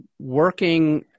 working